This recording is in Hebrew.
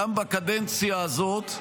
גם בקדנציה הזאת,